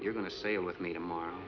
you're going to sail with me tomorrow